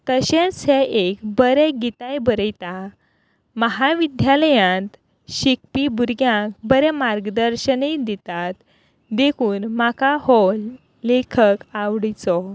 तशेंच हे एक बरे गितांय बरयता महाविद्यालयांत शिकपी भुरग्यांक बरें मार्गदर्शनय दितात देखून म्हाका हो लेखक आवडीचो